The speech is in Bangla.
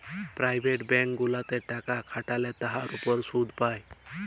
পেরাইভেট ব্যাংক গুলাতে টাকা খাটাল্যে তার উপর শুধ পাই